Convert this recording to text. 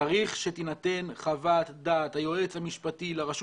צריך שתינתן חוות דעת היועץ המשפטי לרשות